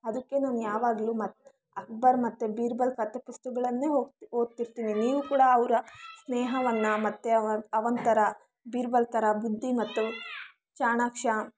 ಅದಕ್ಕೆ ನಾನು ಯಾವಾಗಲೂ ಮತ್ತು ಅಕ್ಬರ್ ಮತ್ತೆ ಬೀರ್ಬಲ್ ಕಥೆ ಪುಸ್ತಕಗಳನ್ನೇ ಓದ್ತಿರ್ತೀನಿ ನೀವು ಕೂಡ ಅವರ ಸ್ನೇಹವನ್ನು ಮತ್ತೆ ಅವನ ಥರ ಬೀರ್ಬಲ್ ಥರ ಬುದ್ದಿ ಮತ್ತು ಚಾಣಾಕ್ಷ